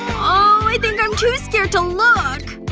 ohhh i think i'm too scared to look,